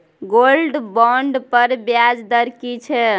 Gold bond पर ब्याज दर की छै?